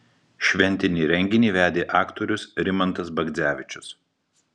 šventinį renginį vedė aktorius rimantas bagdzevičius